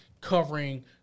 covering